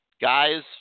guys